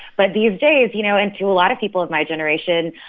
but these days, you know and to a lot of people of my generation,